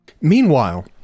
Meanwhile